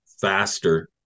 faster